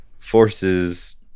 forces